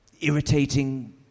irritating